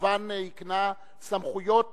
שכמובן הקנה סמכויות